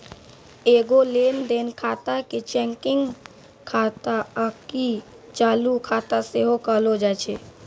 एगो लेन देन खाता के चेकिंग खाता आकि चालू खाता सेहो कहलो जाय छै